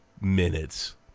minutes